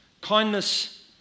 Kindness